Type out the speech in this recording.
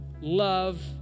Love